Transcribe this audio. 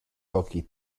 hockey